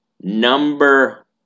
Number